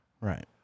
Right